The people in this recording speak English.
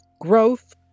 growth